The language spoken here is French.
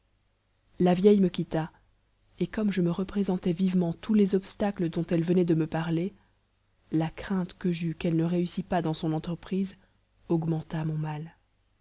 la vieille me quitta et comme je me représentai vivement tous les obstacles dont elle venait de me parler la crainte que j'eus qu'elle ne réussît pas dans son entreprise augmenta mon mal